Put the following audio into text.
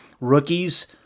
rookies